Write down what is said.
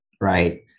right